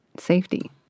safety